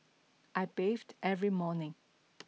I bathe every morning